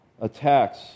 attacks